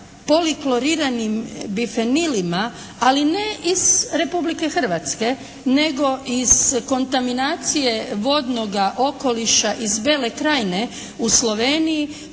polikloriranim bifenilima ali ne iz Republike Hrvatske nego iz kontaminacije vodnoga okoliša iz Bele krajine u Sloveniji